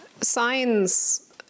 signs